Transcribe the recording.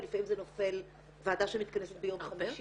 ולפעמים זה נופל על ועדה שמתכנסת ביום חמישי.